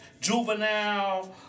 Juvenile